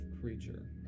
creature